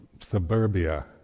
suburbia